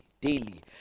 Daily